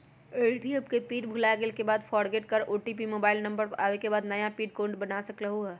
ATM के pin भुलागेल के बाद फोरगेट कर ओ.टी.पी मोबाइल नंबर पर आवे के बाद नया पिन कोड बना सकलहु ह?